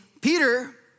Peter